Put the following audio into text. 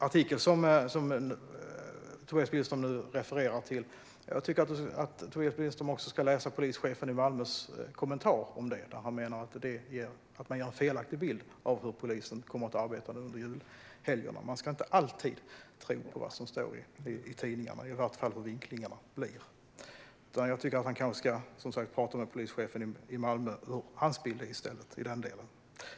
Tobias Billström refererar till en artikel. Jag tycker att Tobias Billström också ska läsa kommentaren till det av polischefen i Malmö. Han menar att man ger en felaktig bild av hur polisen kommer att arbeta under julhelgerna. Man ska inte alltid tro på vad som står i tidningar och i varje fall inte hur vinklingarna blir. Han ska kanske tala med polischefen i Malmö om hur hans bild i stället är i den delen.